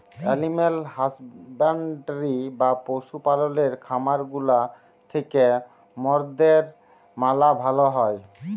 animal husbandry বা পশু পাললের খামার গুলা থিক্যা মরদের ম্যালা ভালা হ্যয়